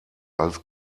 als